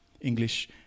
English